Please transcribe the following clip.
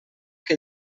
que